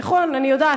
נכון, אני יודעת.